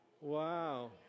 Wow